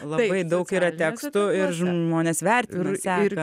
labai daug yra tekstų ir žmonės vertina seka